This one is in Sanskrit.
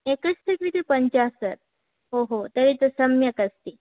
एकस्य कृते पञ्चाशत् ओहो तर्हि तु सम्यक् अस्ति